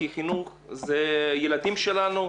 כי חינוך זה ילדים שלנו,